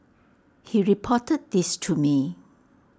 he reported this to me